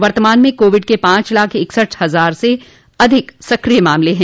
वर्तमान में कोविड के पांच लाख इकसठ हजार से अधिक सक्रिय मामले हैं